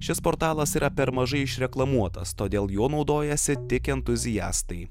šis portalas yra per mažai išreklamuotas todėl juo naudojasi tik entuziastai